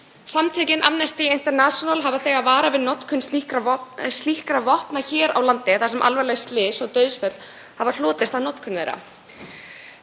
Samtökin Amnesty International hafa þegar varað við notkun slíkra vopna hér á landi þar sem alvarleg slys og dauðsföll hafa hlotist af notkun þeirra.